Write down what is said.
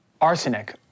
Arsenic